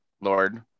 lord